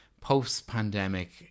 post-pandemic